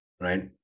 right